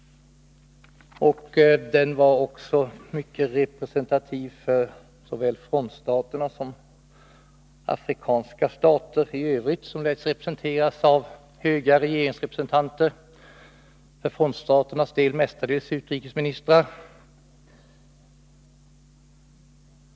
Den var mycket representativ för såväl frontstaterna som afrikanska stater i Övrigt, som representerades av högt uppsatta regeringsföreträdare — för frontstaternas del mestadels utrikesministrar.